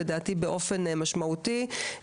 לדעתי באופן משמעותי,